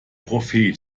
prophet